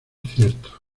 cierto